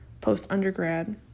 post-undergrad